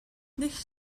nicht